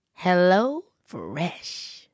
HelloFresh